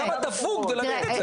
כמה דפוק כדי להגיד את זה?